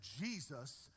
Jesus